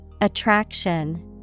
Attraction